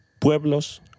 Pueblos